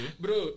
bro